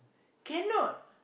cannot